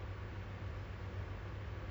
government grant kan